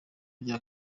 rya